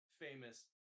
famous